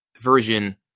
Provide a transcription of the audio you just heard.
version